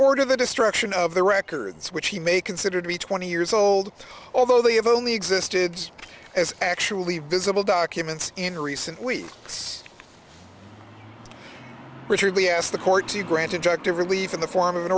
order the destruction of the records which he may consider to be twenty years old although they have only existed as actually visible documents in recent weeks richard lee asked the court to grant injunctive relief in the form of